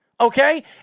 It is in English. Okay